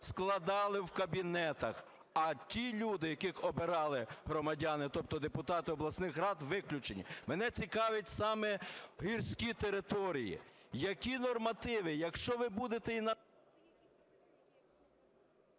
складали в кабінетах, а ті люди, яких обирали громадяни, тобто депутати обласних рад виключені? Мене цікавлять саме гірські території. Які нормативи? Якщо ви будете…